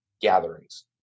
gatherings